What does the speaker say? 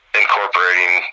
incorporating